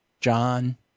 John